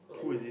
and